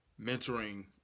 mentoring